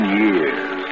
years